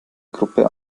gruppe